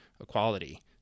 equality